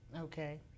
Okay